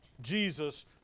Jesus